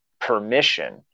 permission